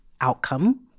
outcome